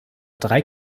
drei